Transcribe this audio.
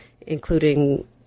including